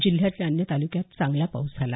जिल्ह्यातल्या अन्य तालुक्यातही चांगला पाऊस झाला